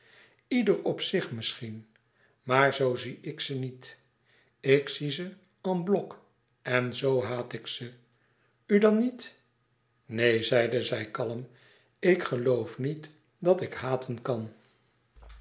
ieder op zichzelf misschien maar zoo zie ik ze niet ik zie ze en bloc en zoo haat ik ze u dan niet neen zeide zij kalm ik geloof niet dat ik haten kan